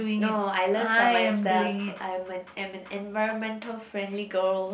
no I learn from myself I'm an environmental friendly girl